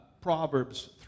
Proverbs